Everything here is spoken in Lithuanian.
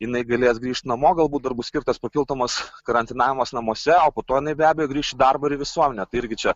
jinai galės grįžt namo galbūt dar bus skirtas papildomas karantinavimas namuose o po to jinai be abejo grįš į darbą ir į visuomenę tai irgi čia